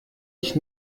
ich